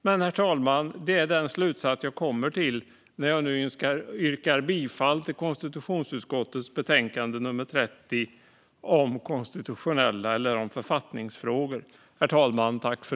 Men, herr talman, det är den slutsats jag kommer till när jag nu yrkar bifall till förslaget i konstitutionsutskottets betänkande nummer 30 om författningsfrågor.